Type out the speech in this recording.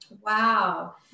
Wow